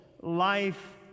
life